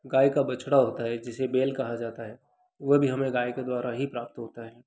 गाय का बछड़ा होता है जिसे बैल कहा जाता है वह भी हमें गाय के द्वारा ही प्राप्त होता है